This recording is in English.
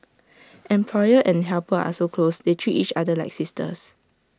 employer and helper are so close they treat each other like sisters